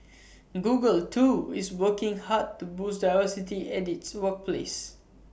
Google too is working hard to boost diversity at its workplace